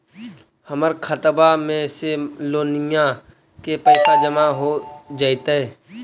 हमर खातबा में से लोनिया के पैसा जामा हो जैतय?